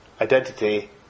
identity